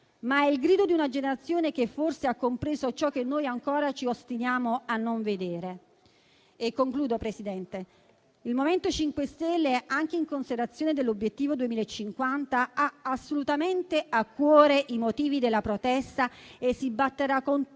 ma è il grido di una generazione che forse ha compreso ciò che noi ancora ci ostiniamo a non vedere. Il MoVimento 5 Stelle, anche in considerazione dell'obiettivo 2050, ha assolutamente a cuore i motivi della protesta e si batterà con